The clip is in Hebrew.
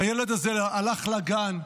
הילד הזה הלך לגן,